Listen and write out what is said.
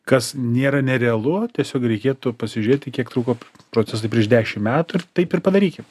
kas nėra nerealu tiesiog reikėtų pasižiūrėti kiek truko procesai prieš dešim metų ir taip ir padarykim